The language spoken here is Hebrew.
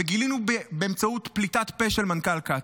וגילינו באמצעות פליטת פה של מנכ"ל קצא"א.